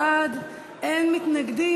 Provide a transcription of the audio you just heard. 36 בעד, אין מתנגדים.